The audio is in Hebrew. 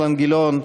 אילן גילאון,